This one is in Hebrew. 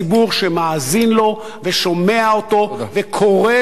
שמאזין לו ושומע אותו וקורא לו,